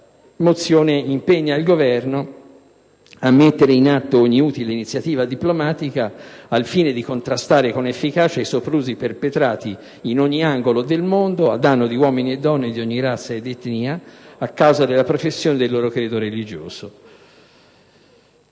nostra mozione tende a impegnare il Governo a mettere in atto ogni utile iniziativa diplomatica al fine di contrastare con efficacia i soprusi perpetrati, in ogni angolo del mondo, a danno di uomini e donne di ogni razza o etnia, a causa della professione del loro credo religioso.